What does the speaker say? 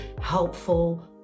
helpful